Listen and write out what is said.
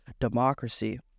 democracy